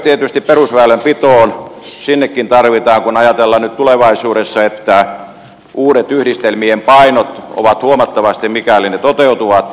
tietysti perusväylänpitoonkin tarvitaan kun ajatellaan nyt tulevaisuutta kun yhdistelmien uudet painot ovat huomattavasti mikäli ne toteutuvat nousemassa